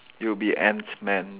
it will be ant man